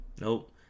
Nope